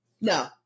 no